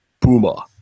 Puma